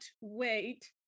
wait